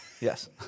yes